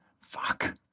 Fuck